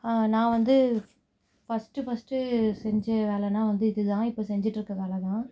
நான் வந்து ஃப் ஃபஸ்ட்டு ஃபஸ்ட்டு செஞ்ச வேலைனா வந்து இது தான் இப்போ செஞ்சிட்டிருக்க வேலை தான்